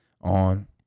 On